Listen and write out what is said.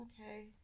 Okay